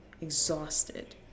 exhausted